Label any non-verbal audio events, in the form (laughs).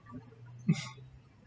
(laughs)